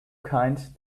kind